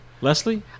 Leslie